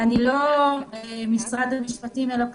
אני לא משרד המשפטים, אלא פרקליטות,